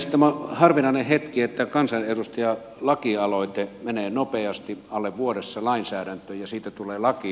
tämä on harvinainen hetki että kansanedustajan lakialoite menee nopeasti alle vuodessa lainsäädäntöön ja siitä tulee laki